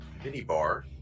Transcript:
Minibar